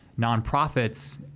nonprofits